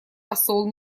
посол